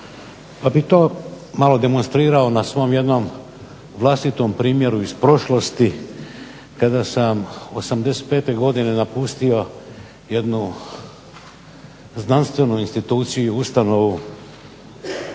Pa bih to malo demonstrirao na svom jednom vlastitom primjeru iz prošlosti kada sam '85. godine napustio jednu znanstvenu instituciju i ustanovu